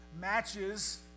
matches